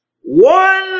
one